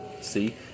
see